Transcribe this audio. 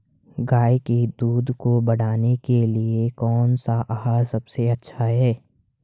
गाय के दूध को बढ़ाने के लिए कौनसा आहार सबसे अच्छा है?